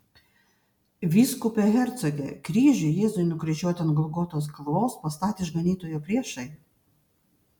vyskupe hercoge kryžių jėzui nukryžiuoti ant golgotos kalvos pastatė išganytojo priešai